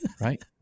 right